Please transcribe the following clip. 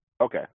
Okay